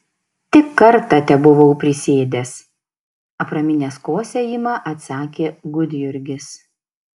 tik kartą tebuvau prisėdęs apraminęs kosėjimą atsakė gudjurgis